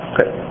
Okay